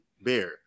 bear